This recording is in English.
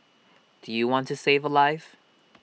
do you want to save A life